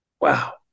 Wow